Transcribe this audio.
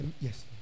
Yes